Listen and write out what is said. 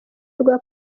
rwa